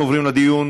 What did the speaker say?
אנחנו עוברים לדיון.